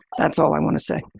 that's all i want to say.